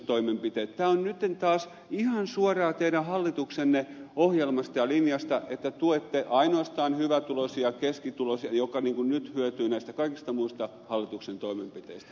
tämä on nyt taas ihan suoraa teidän hallituksenne ohjelmasta ja linjasta että tuette ainoastaan hyvätuloisia keskituloisia jotka niin kuin nyt hyötyvät näistä kaikista muista hallituksen toimenpiteistä